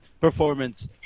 performance